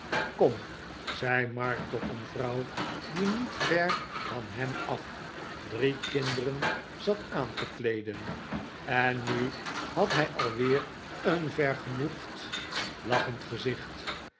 kom zei mark tot een vrouw die niet ver van hem af drie kinderen zat aan te kleeden en nu had hij alweer een vergenoegd lachend gezicht